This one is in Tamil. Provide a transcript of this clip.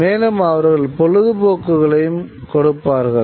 மேலும் அவர்கள் பொழுதுபோக்குகளையும் கொடுப்பார்கள்